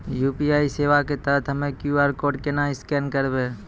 UPI सेवा के तहत हम्मय क्यू.आर कोड केना स्कैन करबै?